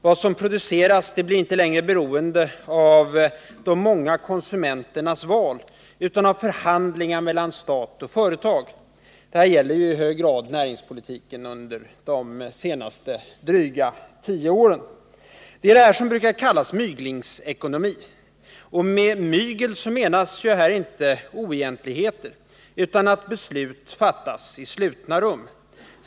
Vad som produceras blir inte längre beroende av de många konsumenternas val utan av förhandlingar mellan stat och företag. Detta gäller i hög grad näringspolitiken under de senaste dryga tio åren. Det är detta som brukar kallas myglingsekonomi. Med mygel menas här inte oegentligheter utan att beslut fattas i slutna rum.